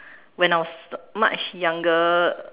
when I was much younger